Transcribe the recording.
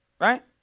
Right